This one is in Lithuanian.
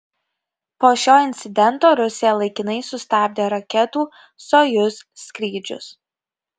po šio incidento rusija laikinai sustabdė raketų sojuz skrydžius